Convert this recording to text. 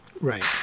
Right